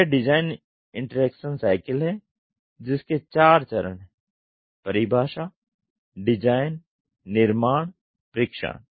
यह design interaction cycle है जिसके चार चरण हैं परिभाषा डिजाइन निर्माण परीक्षण